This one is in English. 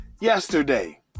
yesterday